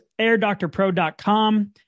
airdoctorpro.com